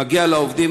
זה מגיע לעובדים,